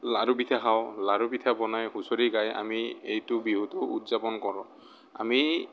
লাৰু পিঠা খাওঁ লাৰু পিঠা বনায় হুঁচৰি গাই আমি এইটো বিহুটো উদযাপন কৰোঁ আমি